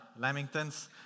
lamingtons